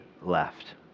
Left